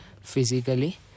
physically